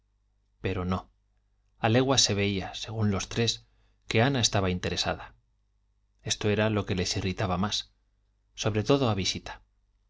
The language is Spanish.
pero no a leguas se veía según los tres que ana estaba interesada esto era lo que les irritaba más sobre todo a visita